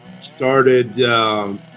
started